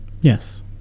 Yes